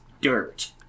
dirt